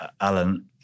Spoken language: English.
Alan